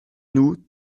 nous